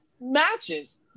matches